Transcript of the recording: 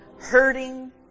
hurting